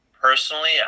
Personally